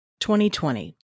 2020